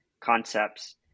concepts